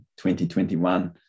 2021